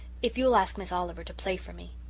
if you'll ask miss oliver to play for me.